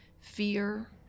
fear